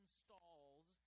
stalls